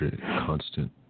constant